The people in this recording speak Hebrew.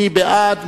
מי בעד?